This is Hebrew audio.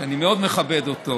שאני מאוד מכבד אותו,